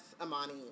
Amani